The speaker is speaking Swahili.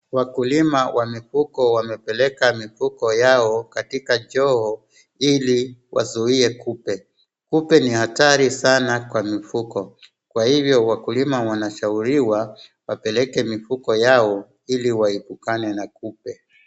Wakulima wa mifugo wamepeleka mifugo yao katika joho ili wazuie kupe. Kupe ni hatari sana kwa mifugo. Kwa hivyo wakulima wanashauriwa wapeleke mifugo yao ili waepukane na kupe.